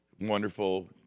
wonderful